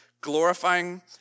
glorifying